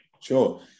Sure